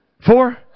four